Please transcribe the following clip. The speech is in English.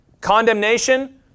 condemnation